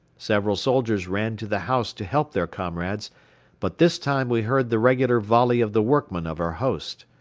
several soldiers ran to the house to help their comrades but this time we heard the regular volley of the workmen of our host.